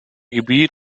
gebiet